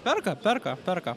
perka perka perka